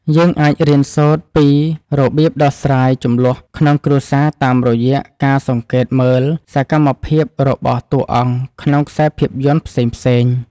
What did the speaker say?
យើងអាចរៀនសូត្រពីរបៀបដោះស្រាយជម្លោះក្នុងគ្រួសារតាមរយៈការសង្កេតមើលសកម្មភាពរបស់តួអង្គក្នុងខ្សែភាពយន្តផ្សេងៗ។